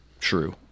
true